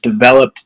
developed